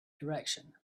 direction